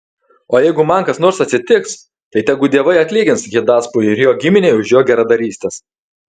o jeigu man kas nors atsitiks tai tegu dievai atlygins hidaspui ir jo giminei už jo geradarystes